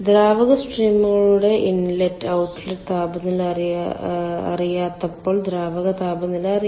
ദ്രാവക സ്ട്രീമുകളുടെ inlet outlet താപനില അറിയാത്തപ്പോൾ ദ്രാവക താപനില അറിയില്ല